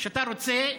כשאתה רוצה,